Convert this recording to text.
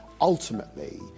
Ultimately